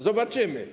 Zobaczymy.